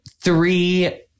three